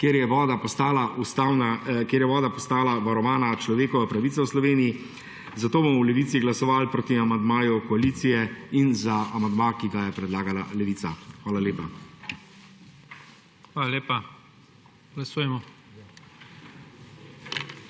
kjer je voda postala varovana človekova pravica v Sloveniji, zato bomo v Levici glasovali proti amandmaju koalicije in za amandma, ki ga je predlagala Levica. Hvala lepa. PREDSEDNIK IGOR ZORČIČ: Hvala lepa. Glasujemo.